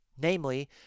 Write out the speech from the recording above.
namely